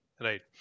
Right